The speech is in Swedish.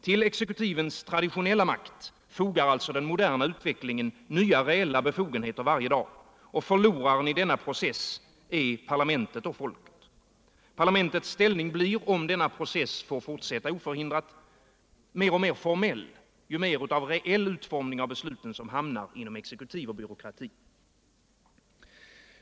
Till exekutivens traditionella makt fogar alltså den moderna utvecklingen nya reella befogenheter varje dag — förlorare i denna process är parlamentet och folket. Parlamentets ställning blir — om denna process får fortsätta oförhindrad, mer och mer formell, ju mer av reell utformning av besluten som hamnar inom exekutiven och byråkratin.